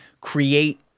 Create